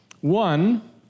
One